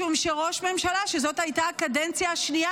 משום שראש ממשלה שזאת הייתה הקדנציה השנייה